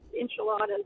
enchiladas